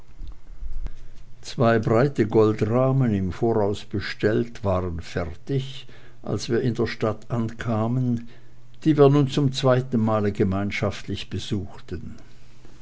zwei breite goldrahmen im voraus bestellt waren fertig als wir in der stadt ankamen die wir nun zum zweiten male gemeinschaftlich besuchten